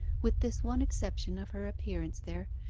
with this one exception of her appearance there,